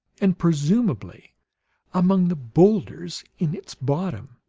and presumably among the boulders in its bottom.